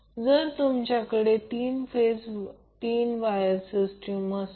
तर लोडला जास्तीत जास्त पॉवर P चे मूल्य देखील निर्धारित करा